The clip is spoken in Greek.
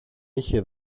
είχε